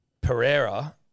Pereira